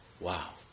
Wow